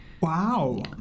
Wow